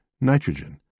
nitrogen